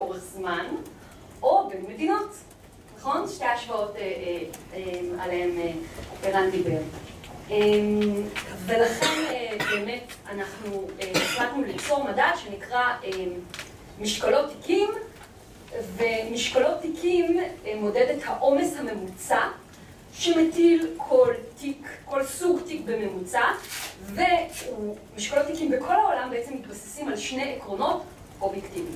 ...באורך זמן, או בין מדינות, נכון? שתי השוואות עליהן ערן דיבר. ולכן באמת אנחנו הצלחנו ליצור מדע שנקרא משקולות תיקים ומשקולות תיקים מודד את העומס הממוצע שמטיל כל תיק, כל סוג תיק בממוצע ומשקלות תיקים בכל העולם בעצם מתבססים על שני עקרונות אובייקטיביים.